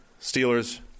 Steelers